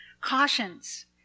Cautions